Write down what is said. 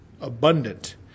abundant